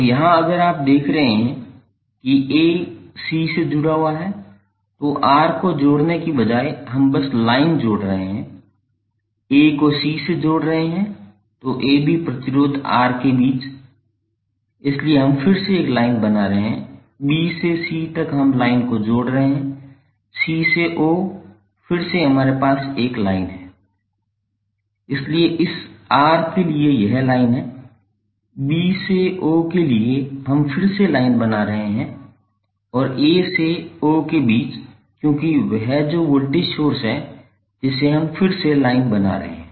तो यहाँ अगर आप देख रहे हैं कि a c से जुड़ा हुआ है तो R को जोड़ने के बजाय हम बस लाइन जोड़ रहे हैं a को c से जोड़ रहे हैं तो ab प्रतिरोध R के बीच इसलिए हम फिर से एक लाइन बना रहे हैं b से c तक हम लाइन को जोड़ रहे हैं c से o फिर से हमारे पास एक लाइन है इसलिए इस R के लिए यह लाइन है b से o के लिए हम फिर से लाइन बना रहे हैं और a से o के बीच क्योंकि यह वो वोल्टेज सोर्स है जिसे हम फिर से लाइन बना रहे हैं